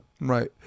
Right